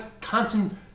constant